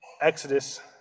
Exodus